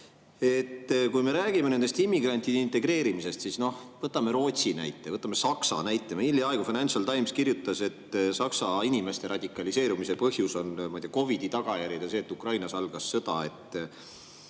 me räägime nende immigrantide integreerimisest, siis noh, võtame Rootsi näite, võtame Saksa näite. Hiljaaegu Financial Times kirjutas, et Saksa inimeste radikaliseerumise põhjus on, ma ei tea, COVID-i tagajärjed ja see, et Ukrainas algas sõda.